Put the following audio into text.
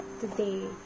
today